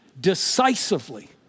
decisively